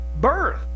birth